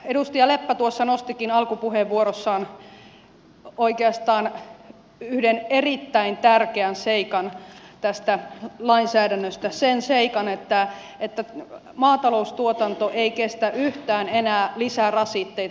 edustaja leppä tuossa nostikin alkupuheenvuorossaan oikeastaan yhden erittäin tärkeän seikan tästä lainsäädännöstä sen seikan että maataloustuotanto ei kestä yhtään enää lisää rasitteita